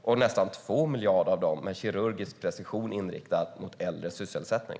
Och nästan 2 miljarder av dem är med kirurgisk precision inriktade mot äldres sysselsättning.